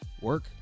work